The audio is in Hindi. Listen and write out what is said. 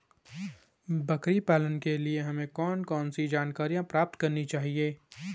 बकरी पालन के लिए हमें कौन कौन सी जानकारियां प्राप्त करनी चाहिए?